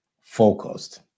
focused